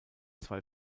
zwei